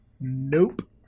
Nope